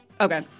Okay